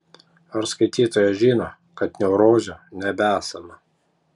ar skaitytojas žino kad neurozių nebesama